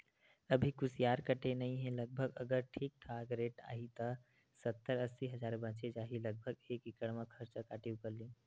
अभी कुसियार कटे नइ हे लगभग अगर ठीक ठाक रेट आही त सत्तर अस्सी हजार बचें जाही लगभग एकड़ म खरचा काटे ऊपर ले